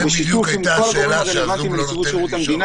זאת בדיוק השאלה שהזום לא נותן לי לשאול אותך.